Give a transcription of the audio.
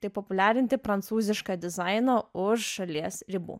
tai populiarinti prancūzišką dizaino už šalies ribų